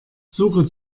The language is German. suche